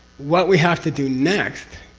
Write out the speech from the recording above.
what we have to do next.